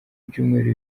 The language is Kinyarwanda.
ibyumweru